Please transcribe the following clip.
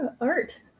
art